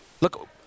Look